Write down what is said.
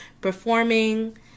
performing